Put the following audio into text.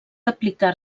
aplicar